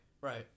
Right